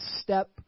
step